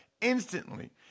instantly